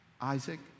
Isaac